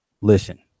Listen